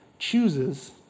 chooses